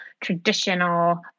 traditional